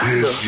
Yes